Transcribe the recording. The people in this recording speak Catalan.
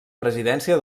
presidència